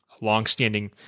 longstanding